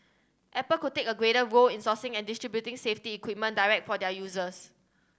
apple could take a greater role in sourcing and distributing safety equipment direct for their users